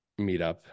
meetup